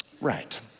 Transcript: Right